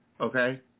Okay